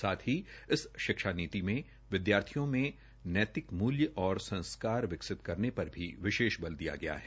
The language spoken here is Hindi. साथ ही इस शिक्षा नीति में विद्यार्थियों में नैतिक मूल्य और संस्कार विकसित करने पर भी विशेष बल दिया गया है